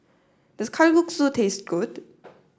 does Kalguksu taste good